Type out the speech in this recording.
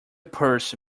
purse